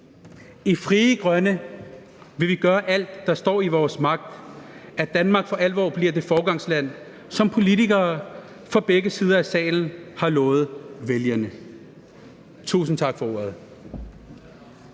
I Frie Grønne vil vi gøre alt, der står i vores magt, for, at Danmark for alvor bliver det foregangsland, som politikere fra begge sider af salen har lovet vælgerne. Tusind tak for ordet.